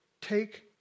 take